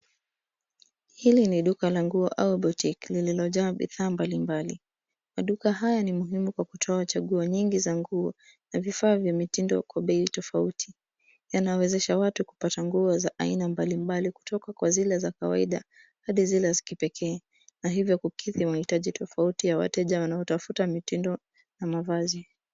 Hili ni duka la nguo au boutique lililojaa bidhaa mbali mbali. Maduka haya ni muhimu kwa kutoa chaguo nyingi za nguo na vifaa vya mitindo kwa bei tofauti. Yanawezesha watu kupata nguo za aina mbali mbali kutoka kwa zile za kawaida hadi zile za kipekee na hivyo kukidhi mahitaji tofauti ya wateja wanaotafuta mitindo na mavazi.